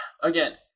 Again